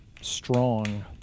strong